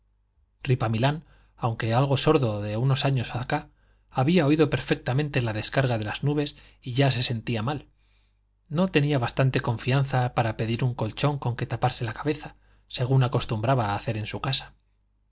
trueno ripamilán aunque algo sordo de algunos años acá había oído perfectamente la descarga de las nubes y ya se sentía mal no tenía bastante confianza para pedir un colchón con que taparse la cabeza según acostumbraba hacer en su casa